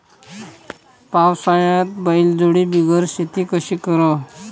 पावसाळ्यात बैलजोडी बिगर शेती कशी कराव?